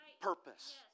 purpose